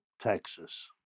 Texas